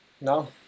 No